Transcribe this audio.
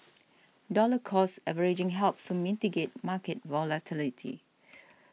dollar cost averaging helps to mitigate market volatility